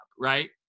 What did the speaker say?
right